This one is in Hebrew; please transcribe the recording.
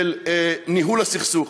של ניהול הסכסוך.